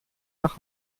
nach